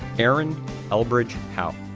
erin elbridge howe,